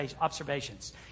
observations